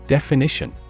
Definition